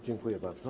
Dziękuję bardzo.